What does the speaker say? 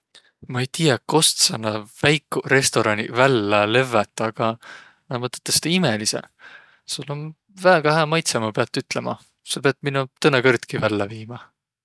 Maq ei tiiäq kost saq naaq väikuq restoraniq vällä lövvät aga näq ummaq tõtõstõ imelidseq! Sul om väega hää maitseq maq piät ütlema. Saq piät minno tõnõkõrdki vällä viimä.